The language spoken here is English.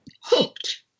hooked